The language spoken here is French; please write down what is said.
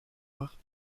loire